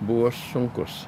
buvo sunkus